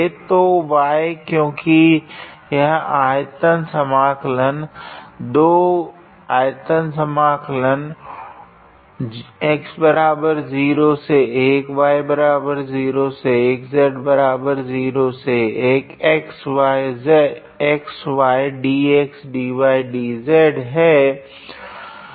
तो y क्योकि यह आयतन समाकलन है